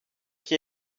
qui